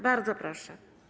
Bardzo proszę.